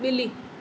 ॿिली